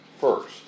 first